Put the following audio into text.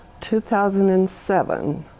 2007